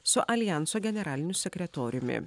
su aljanso generaliniu sekretoriumi